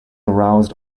aroused